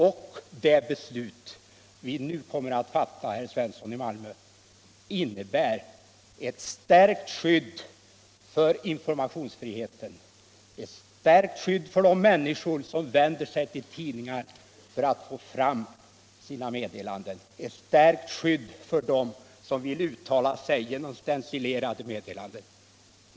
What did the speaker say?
Och det beslut vi nu kommer att fatta, herr Svensson i Malmö, innebär ett stärkt skydd för informationsfriheten, c stärkt skydd för de människor som vänder sig till tidningar för att få fram sina meddelanden, ett stärkt skydd för dem som vill uttala sig genom stencilerade meddelanden.